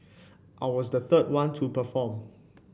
I was the third one to perform